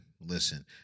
listen